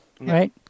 right